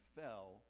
fell